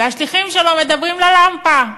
והשליחים שלו מדברים ללמפה.